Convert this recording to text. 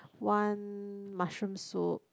one mushroom soup